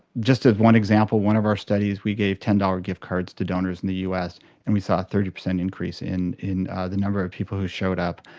just as one example, in one of our studies we gave ten dollars gift cards to donors in the us and we saw a thirty percent increase in in the number of people who showed up.